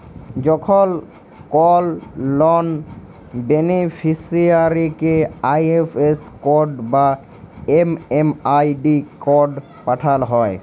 যখন কল লন বেনিফিসিরইকে আই.এফ.এস কড বা এম.এম.আই.ডি কড পাঠাল হ্যয়